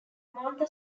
martha